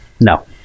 no